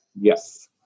Yes